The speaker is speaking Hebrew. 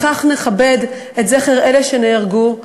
בכך נכבד את זכר אלה שנהרגו,